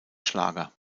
schlager